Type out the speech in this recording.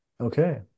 okay